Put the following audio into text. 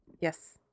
Yes